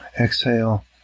Exhale